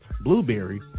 Blueberry